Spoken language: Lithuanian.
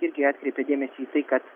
irgi atkreipė dėmesį į kad